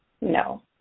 no